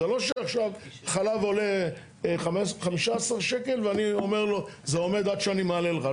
זה לא שעכשיו חלב עולה 15 שקלים ואני אומר לו זה עומד עד שאני מעלה לך.